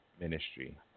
Ministry